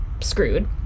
screwed